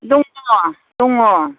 दङ दङ